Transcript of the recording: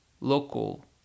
local